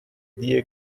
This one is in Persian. دیه